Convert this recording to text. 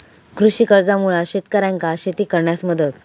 कृषी कर्जामुळा शेतकऱ्यांका शेती करण्यास मदत